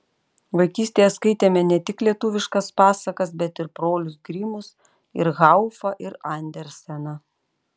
vaikystėje skaitėme ne tik lietuviškas pasakas bet ir brolius grimus ir haufą ir anderseną